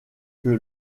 que